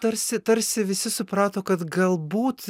tarsi tarsi visi suprato kad galbūt